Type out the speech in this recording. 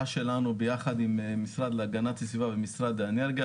שלנו ביחד עם משרד להגנת הסביבה ומשרד האנרגיה,